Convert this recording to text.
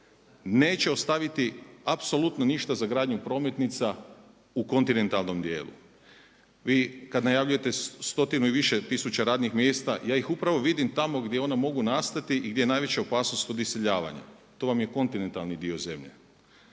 neće ostaviti apsolutno ništa za gradnju prometnica u kontinentalnom dijelu. Vi kad najavljujete stotinu i više tisuća radnih mjesta ja ih upravo vidim tamo gdje ona mogu nastati i gdje je najveća opasnost od iseljavanja. To vam je kontinentalni dio zemlje.